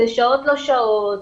שעות לא שעות,